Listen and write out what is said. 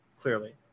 clearly